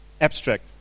abstract